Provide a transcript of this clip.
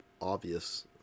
obvious